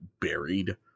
buried